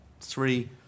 Three